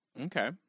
Okay